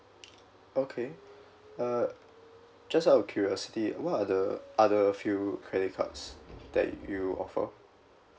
okay uh just out of curiosity what are the other few credit cards that you offer